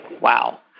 Wow